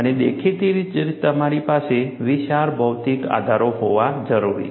અને દેખીતી રીતે જ તમારી પાસે વિશાળ ભૌતિક આધાર હોવો જરૂરી છે